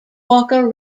walker